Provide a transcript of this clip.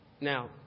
Now